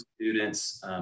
students